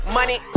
money